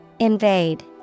Invade